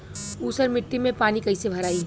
ऊसर मिट्टी में पानी कईसे भराई?